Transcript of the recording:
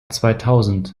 zweitausend